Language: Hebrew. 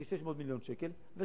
של כ-600 מיליון שקלים.